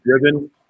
driven